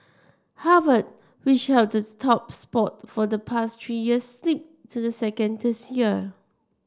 Harvard which holds the top spot for the past three years slipped to second this year